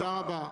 תודה רבה.